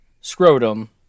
scrotum